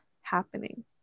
happening